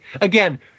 again